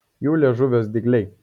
jų liežuviuos dygliai